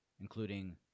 including